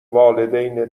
والدین